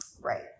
right